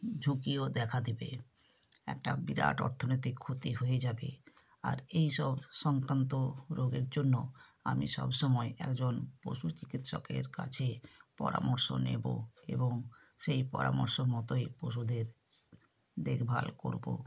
ঝুঁকিও দেখা দেবে একটা বিরাট অর্থনৈতিক ক্ষতি হয়ে যাবে আর এইসব সংকান্ত রোগের জন্য আমি সব সময় একজন পশু চিকিৎসকের কাছে পরামর্শ নেব এবং সেই পরামর্শ মতই পশুদের দেখভাল করবো